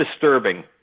disturbing